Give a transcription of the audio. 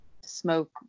smoke